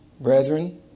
Brethren